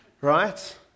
right